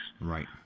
Right